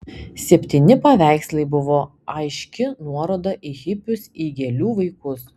septyni paveikslai buvo aiški nuoroda į hipius į gėlių vaikus